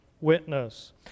witness